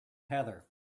heather